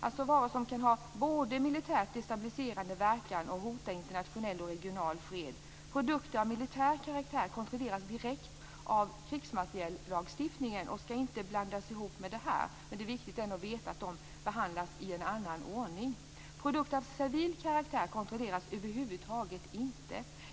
Det är varor som kan ha både militärt destabiliserande verkan och hota internationell och regional fred. Produkter av militär karaktär kontrolleras direkt av krigsmateriellagstiftningen och ska inte blandas ihop med detta. Men det är ändå viktigt att veta att de behandlas i en annan ordning. Produkter av civil karaktär kontrolleras över huvud taget inte.